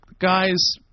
Guys